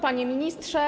Panie Ministrze!